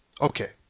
Okay